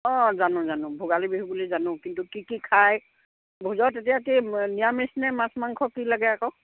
অঁ জানো জানো ভোগালী বিহু বুলি জানো কিন্তু কি কি খায় ভোজত এতিয়া কি নিৰামিষনে মাছ মাংস কি লাগে আকৌ